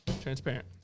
Transparent